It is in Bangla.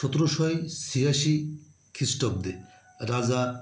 সতেরোশো ছিয়াশি খ্রীষ্টাব্দে রাজা